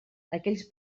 aquells